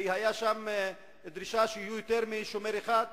היתה שם דרישה שיהיה יותר משומר אחד.